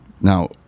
Now